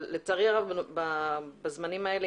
אבל לצערי הרב בזמנים האלה,